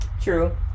True